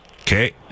Okay